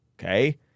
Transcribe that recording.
okay